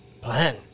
Plan